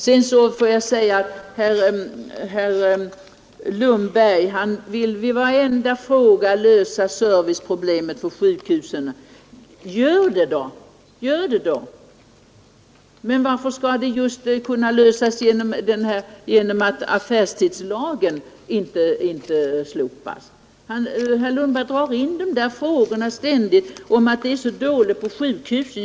Herr Lundberg vill vid diskussionen i varenda fråga lösa servicepro blemen på sjukhusen. Gör det då! Men hur skall just de problemen kunna lösas genom att affärstidslagen inte slopas? Herr Lundberg talar ständigt om att det är så dåligt på sjukhusen.